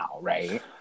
right